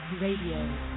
Radio